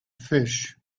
fish